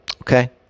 Okay